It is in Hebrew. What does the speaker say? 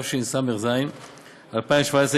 התשע"ז 2017,